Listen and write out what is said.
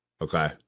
Okay